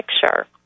picture